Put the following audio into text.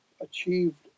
achieved